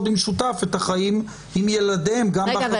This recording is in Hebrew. במשותף את החיים עם ילדיהם גם --- רגע,